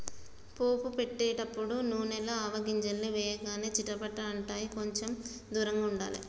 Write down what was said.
పోపు పెట్టేటపుడు నూనెల ఆవగింజల్ని వేయగానే చిటపట అంటాయ్, కొంచెం దూరంగా ఉండాలే